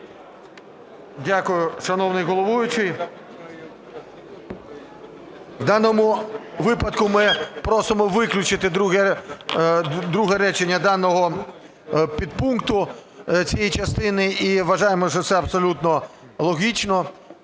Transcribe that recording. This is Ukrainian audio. Дякую. Шановний головуючий, у даному випадку ми просимо виключити друге речення даного підпункту цієї частини і вважаємо, що це абсолютно логічно,